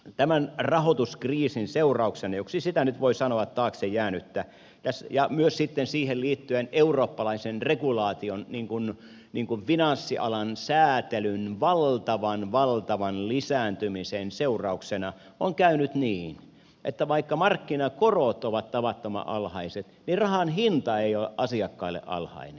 tämän taaksejääneen rahoituskriisin seurauksena joksi sitä nyt voi sanoa ja myös sitten siihen liittyen eurooppalaisen regulaation finanssialan säätelyn valtavan valtavan lisääntymisen seurauksena on käynyt niin että vaikka markkinakorot ovat tavattoman alhaiset niin rahan hinta ei ole asiakkaille alhainen